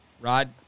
Rod